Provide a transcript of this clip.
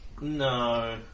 No